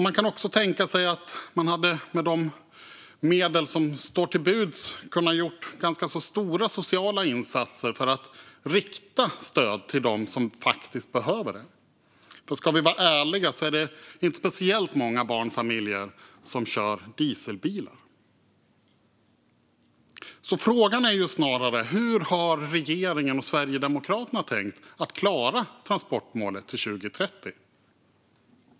Man kan också tänka sig att man med de medel som står till buds hade kunnat göra ganska stora sociala insatser för att rikta stöd till dem som behöver det. Ska vi vara ärliga är det inte speciellt många barnfamiljer där man kör dieselbilar. Frågan är snarare: Hur har regeringen och Sverigedemokraterna tänkt att klara transportmålet till 2030?